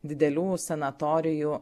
didelių sanatorijų